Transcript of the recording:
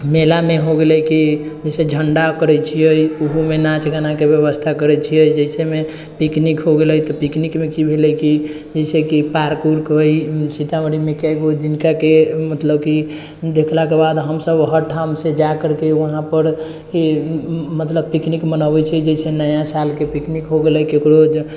मेलामे हो गेलै कि जइसे झण्डा करै छिए ओहोमे नाच गानाके बेबस्था करै छिए जइसेमे पिकनिक हो गेलै तऽ पिकनिकमे की भेलै कि जइसे कि पार्क उर्क होइ सीतामढ़ीमे कै गो जिनका कि मतलब कि देखलाके बाद हमसब हर ठामसँ जाकरिके वहाँपर कि मतलब पिकनिक मनैबै छिए जइसे नया सालके पिकनिक हो गेलै ककरो